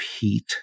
heat